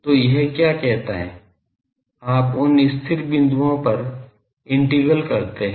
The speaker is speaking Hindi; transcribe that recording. तो यह क्या कहता है आप उन स्थिर बिंदुओं पर इंटीग्रल करते हैं